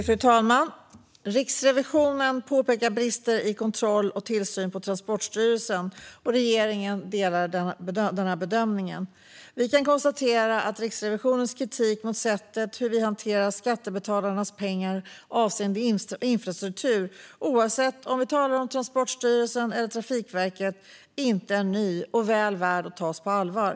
Fru talman! Riksrevisionen påpekar brister i kontroll och tillsyn på Transportstyrelsen, och regeringen delar denna bedömning. Vi kan konstatera att Riksrevisionens kritik mot sättet att hantera skattebetalarnas pengar avseende infrastruktur, oavsett om det gäller Transportstyrelsen eller Trafikverket, inte är ny och är väl värd att tas på allvar.